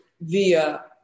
via